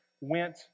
went